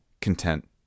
content